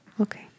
Okay